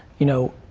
you know,